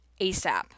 ASAP